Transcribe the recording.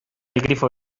grifo